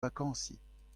vakañsiñ